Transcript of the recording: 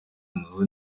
nzu